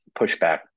pushback